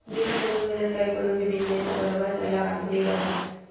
बिना कोनो मेहनत करे कोनो भी बिजनेस ह बरोबर सरलग आघु नइ बड़हय